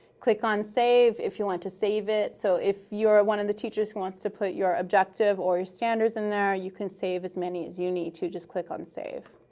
click on save if you want to save it. so if you're one of the teachers who wants to put your objective or your standards in there, you can save as many as you need. you just click on save.